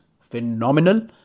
phenomenal